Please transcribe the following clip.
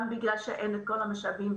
גם בגלל שאין את כל המשאבים,